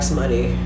money